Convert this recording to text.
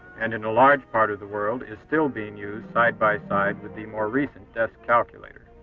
and in a large part of the world, is still being used side by side with the more recent desk calculator.